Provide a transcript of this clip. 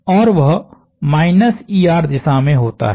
और वह दिशा में होता है